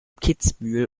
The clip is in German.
kitzbühel